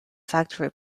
factory